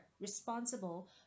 responsible